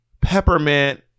peppermint